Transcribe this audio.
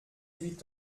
huit